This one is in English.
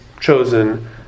chosen